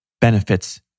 benefits